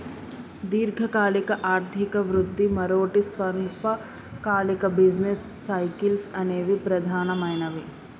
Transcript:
దీర్ఘకాలిక ఆర్థిక వృద్ధి, మరోటి స్వల్పకాలిక బిజినెస్ సైకిల్స్ అనేవి ప్రధానమైనవి